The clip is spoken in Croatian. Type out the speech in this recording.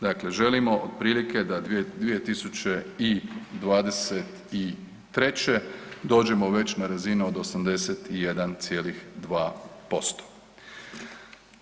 Dakle, želimo otprilike da 2023. dođemo već na razine od 81,2%